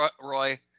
Roy